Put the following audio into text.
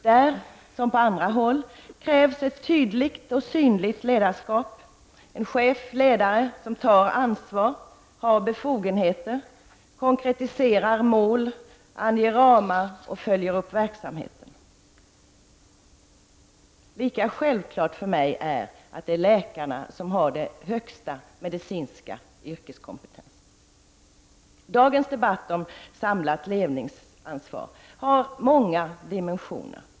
Där som på många andra håll krävs ett tydligt och synligt ledarskap, en chef/ledare som tar ansvar, har befogenheter, konkretiserar mål, anger ramar och följer upp verksamheten. Lika självklart för mig är att det är läkarna som har den största medicinska yrkeskompetensen. Dagens debatt om samlat ledningsansvar har många dimensioner.